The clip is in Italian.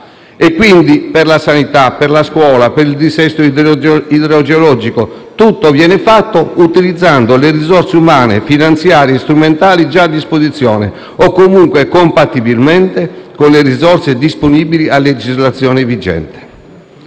riferimento alla sanità, alla scuola, al dissesto idrogeologico: tutto viene fatto utilizzando le risorse umane, finanziarie e strumentali già a disposizione o comunque compatibilmente con le risorse disponibili a legislazione vigente.